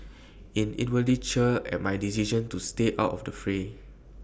I inwardly cheer at my decision to stay out of the fray